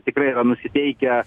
tikrai yra nusiteikę